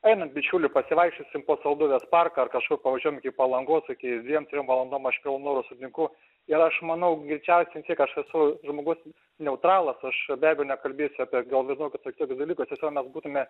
einam bičiuli pasivaikščiosim po salduvės parką ar kažkur pavažiuojam iki palangos iki dvien trim valandom aš pilnu noru sutinku ir aš manau greičiausiai vis tiek aš esu žmogus neutralas aš be abejo nekalbėsiu apie gal visokius tokius dalykus tiesiog mes būtume